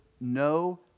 no